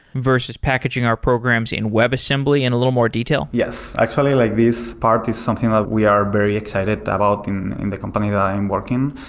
versus packaging our programs in webassembly in a little more detail? yes. actually, like this part is something that we are very excited about in in the company that i am working.